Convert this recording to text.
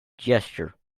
gesture